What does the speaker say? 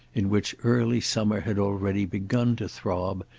in which early summer had already begun to throb,